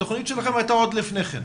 התוכנית שלכם הייתה עוד לפני כן.